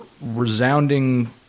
resounding